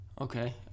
Okay